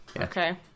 Okay